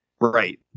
Right